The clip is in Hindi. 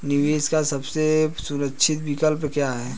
निवेश का सबसे सुरक्षित विकल्प क्या है?